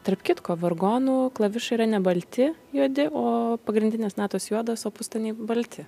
tarp kitko vargonų klavišai yra ne balti juodi o pagrindinės natos juodos o pustoniai balti